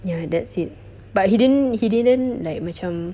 ya that's it but he didn't he didn't like macam